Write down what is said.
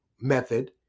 method